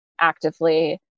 actively